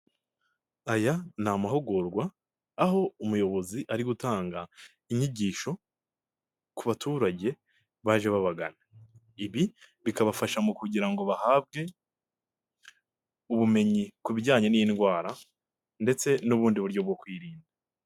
Aya ni amahugurwa aho umuyobozi ari gutanga inyigisho ku baturage baje babagana, ibi bikabafasha mu kugira ngo bahabwe ubumenyi ku bijyanye n'indwara ndetse n'ubundi buryo bwo kwirinda.